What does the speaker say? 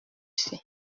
fais